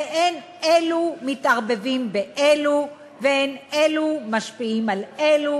ואין אלו מתערבבים באלו ואין אלו משפיעים על אלו.